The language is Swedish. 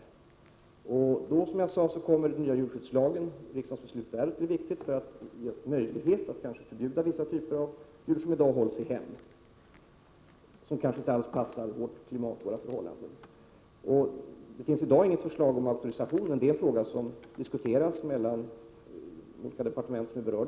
Som jag sade kommer riksdagens beslut då det gäller den nya djurskyddslagen att bli viktigt för att ge möjlighet att kanske förbjuda vissa typer av djur som i dag hålls i hemmen och som måhända inte alls passar i vårt klimat och under våra förhållanden. Det finns i dag inget förslag om auktorisation, men det är en fråga som diskuteras mellan de olika departement som är berörda.